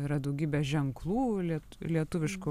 yra daugybė ženklų liet lietuviškų